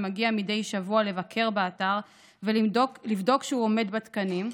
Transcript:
שמגיע מדי שבוע לבקר באתר ולבדוק שהוא עומד בתקנים,